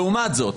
לעומת זאת,